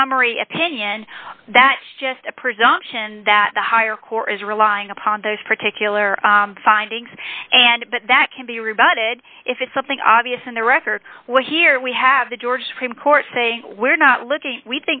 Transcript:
summary opinion that's just a presumption that the higher court is relying upon those particular findings and but that can be rebutted if it's something obvious in the record well here we have the george scream court saying we're not looking we